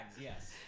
Yes